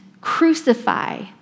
crucify